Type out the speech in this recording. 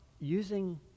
using